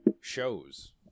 shows